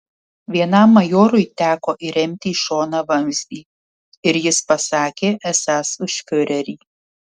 vienam majorui teko įremti į šoną vamzdį ir jis pasakė esąs už fiurerį